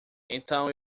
então